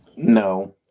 No